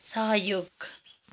सहयोग